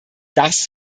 das